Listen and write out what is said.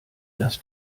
lass